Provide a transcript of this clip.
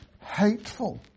hateful